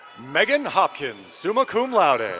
megan hopkins, summa cum laude. and